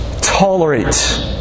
tolerate